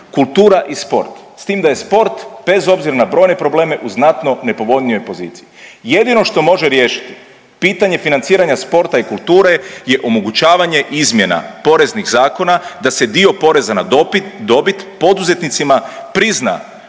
kultura i sport s tim da je sport bez obzira na brojne probleme u znatno nepovoljnijoj poziciji. Jedino što može riješiti pitanje financiranja sporta i kulture je omogućavanje izmjena poreznih zakona da se dio poreza na dobit poduzetnicima prizna